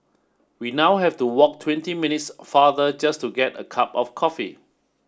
we now have to walk twenty minutes farther just to get a cup of coffee